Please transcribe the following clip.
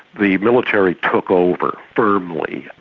the military took over firmly,